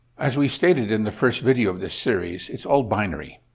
as we stated in the first video of this series, it's all binary.